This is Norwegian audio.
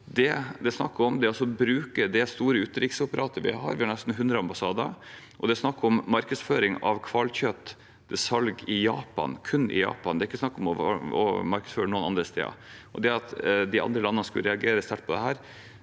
er snakk om, er å bruke det store utenriksapparatet vi har. Vi har nesten 100 ambassader, og det er snakk om markedsføring av hvalkjøttsalg i Japan – kun i Japan. Det er ikke snakk om å markedsføre noen andre steder. Det at andre land skulle reagere sterkt på det,